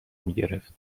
میگرفت